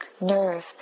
nerve